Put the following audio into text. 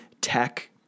tech